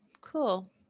cool